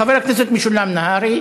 חבר הכנסת משולם נהרי,